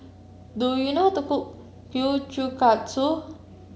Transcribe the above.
do you know how to cook Kiuchukatsu